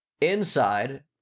Inside